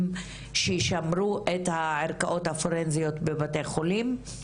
שישמרו את הערכאות הפורנזיות בבתי חולים,